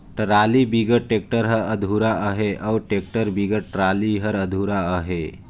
trolley बिगर tractor हर अधुरा अहे अउ टेक्टर बिगर टराली हर अधुरा अहे